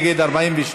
חמד, עכשיו?